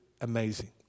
amazing